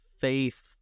faith